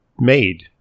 made